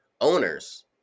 owners